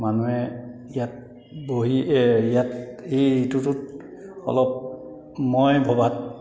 মানুহে ইয়াত বহি ইয়াত বহি এই ঋতুটোত অলপ মই ভবাত